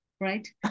right